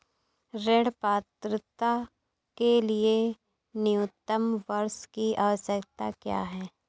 ऋण पात्रता के लिए न्यूनतम वर्ष की आवश्यकता क्या है?